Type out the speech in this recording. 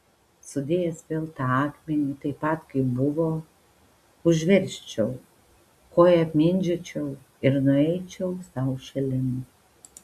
sudėjęs vėl tą akmenį taip pat kaip buvo užversčiau koja apmindžiočiau ir nueičiau sau šalin